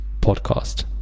podcast